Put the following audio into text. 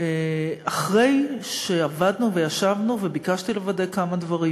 אחרי שעבדנו וישבנו וביקשתי לוודא כמה דברים,